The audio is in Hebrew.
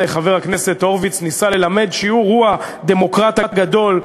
חבר הכנסת הורוביץ ניסה ללמד שהוא הוא הדמוקרט הגדול,